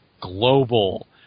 global